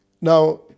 Now